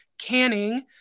canning